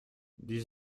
dix